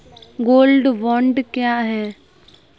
Gold bond क्या है?